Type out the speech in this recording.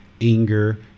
anger